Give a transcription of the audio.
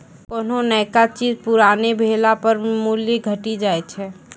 कोन्हो नयका चीज पुरानो भेला पर मूल्य घटी जाय छै